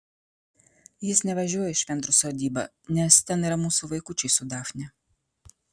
jis nevažiuoja į švendrų sodybą nes ten yra mūsų vaikučiai su dafne